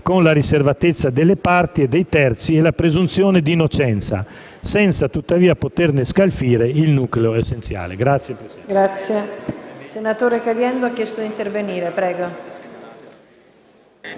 la riservatezza delle parti e dei terzi e la presunzione di innocenza, senza tuttavia poterne scalfire il nucleo essenziale.